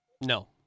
No